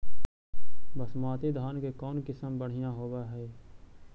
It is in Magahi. बासमती धान के कौन किसम बँढ़िया होब है?